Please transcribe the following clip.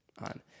on